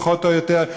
פחות או יותר.